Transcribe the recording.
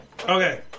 Okay